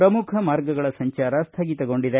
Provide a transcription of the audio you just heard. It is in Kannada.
ಪ್ರಮುಖ ಮಾರ್ಗಗಳ ಸಂಚಾರ ಸ್ಥಗಿತಗೊಂಡಿದೆ